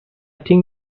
think